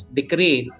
decree